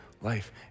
life